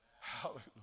Hallelujah